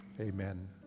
Amen